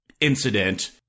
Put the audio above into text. incident